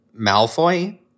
Malfoy